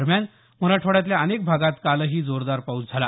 दरम्यान मराठवाड्यातल्या अनेक भागात कालही जोरदार पाऊस झाला